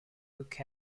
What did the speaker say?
luke